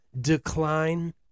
decline